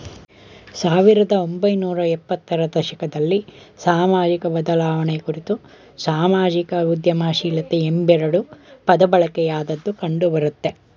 ಸಾವಿರದ ಒಂಬೈನೂರ ಎಪ್ಪತ್ತ ರ ದಶಕದಲ್ಲಿ ಸಾಮಾಜಿಕಬದಲಾವಣೆ ಕುರಿತು ಸಾಮಾಜಿಕ ಉದ್ಯಮಶೀಲತೆ ಎಂಬೆರಡು ಪದಬಳಕೆಯಾದದ್ದು ಕಂಡುಬರುತ್ತೆ